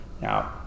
Now